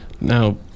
now